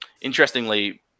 interestingly